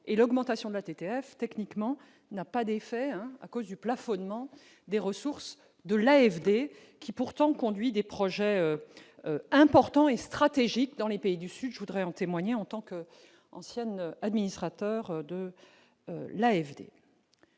et l'augmentation de la TTF techniquement n'a pas d'effet à cause du plafonnement des ressources de la FED, qui pourtant conduit des projets importants et stratégiques dans les pays du Sud, je voudrais en témoigner en tant qu'ancienne, administrateur de la